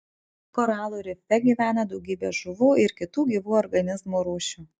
koralų rife gyvena daugybė žuvų ir kitų gyvų organizmų rūšių